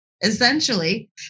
essentially